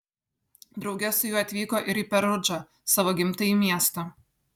drauge su juo atvyko ir į perudžą savo gimtąjį miestą